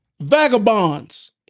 Vagabonds